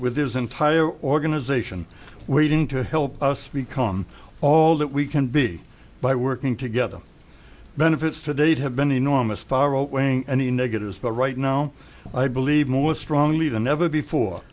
with his entire organization waiting to help us become all that we can be by working together benefits to date have been enormous far outweighing any negatives but right now i believe more strongly than ever before